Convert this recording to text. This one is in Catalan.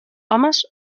homes